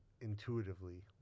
intuitively